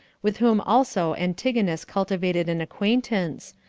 with whom also antigonus cultivated an acquaintance,